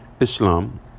Islam